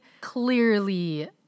clearly